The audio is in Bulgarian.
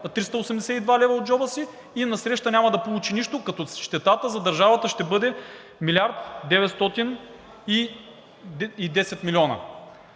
382 лв. от джоба си и насреща няма да получи нищо, като щетата за държавата ще бъде 1 млрд. 910 милиона.